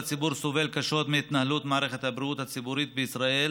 והציבור סובל קשות מהתנהלות מערכת הבריאות הציבורית בישראל